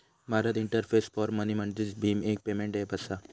Bharat interface for money म्हणजेच भीम, एक पेमेंट ऐप असा